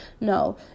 No